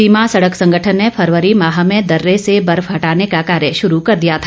सीमा सड़क संगठन ने फरवरी माह में दर्रे से बर्फ हटाने का कार्य शुरू कर दिया था